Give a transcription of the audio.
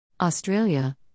Australia